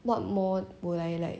what more would I like